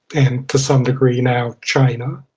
and to some degree now china.